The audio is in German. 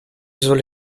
soll